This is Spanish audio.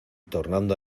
tornando